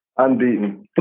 unbeaten